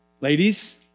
Ladies